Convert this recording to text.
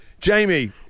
Jamie